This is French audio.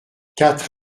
quatre